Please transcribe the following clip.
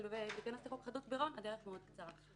ולהיכנס לחוק חדלות פירעון הדרך מאוד קצרה.